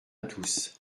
tous